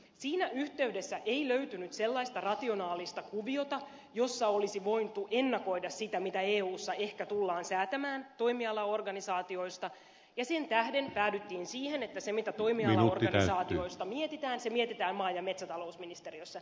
siinä yhteydessä ei löytynyt sellaista rationaalista kuviota jossa olisi voitu ennakoida sitä mitä eussa ehkä tullaan säätämään toimialaorganisaatioista ja sen tähden päädyttiin siihen että se mitä toimialaorganisaatioista mietitään se mietitään maa ja metsätalousministeriössä